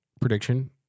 Prediction